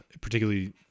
particularly